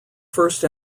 first